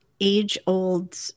age-old